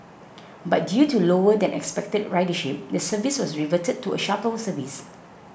but due to lower than expected ridership the service was reverted to a shuttle service